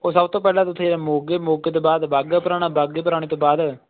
ਉਹ ਸਭ ਤੋਂ ਪਹਿਲਾਂ ਤਾਂ ਉੱਥੇ ਮੋਗੇ ਮੋਗੇ ਤੋਂ ਬਾਅਦ ਬਾਘਾ ਪਰਾਣਾ ਬਾਘੇ ਪੁਰਾਣੇ ਤੋਂ ਬਾਅਦ